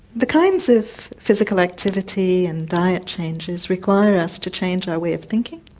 the kinds of physical activity and diet changes require us to change our way of thinking.